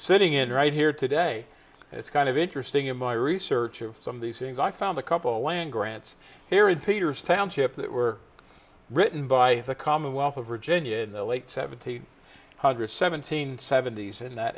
sitting in right here today it's kind of interesting in my research of some of these things i found a couple land grants here in peter's township that were written by the commonwealth of virginia in the late seventy eight hundred seventeen seventies in that